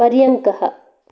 पर्यङ्कः